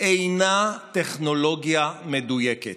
אינה טכנולוגיה מדויקת.